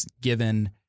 given